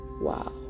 wow